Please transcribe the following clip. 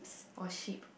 or sheep